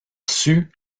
sus